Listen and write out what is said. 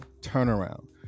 turnaround